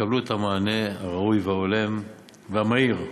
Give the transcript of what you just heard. יקבלו את המענה הראוי וההולם והמהיר.